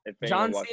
John